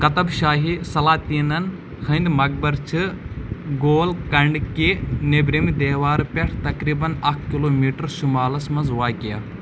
قُطب شاہی سلاطینن ہٕنٛدۍ مقبر چھِ گول کنڈ کہِ نیٚبرِمہِ دیوارٕ پٮ۪ٹھٕ تقریباً اَکھ کِلومیٖٹر شُمالس منٛز واقع